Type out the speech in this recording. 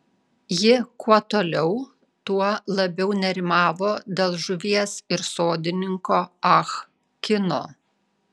ji kuo toliau tuo labiau nerimavo dėl žuvies ir sodininko ah kino